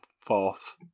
fourth